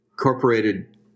incorporated